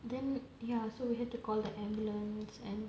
then ya so we have to call the ambulance and